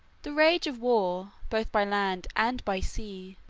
the rage of war, both by land and by sea,